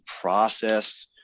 process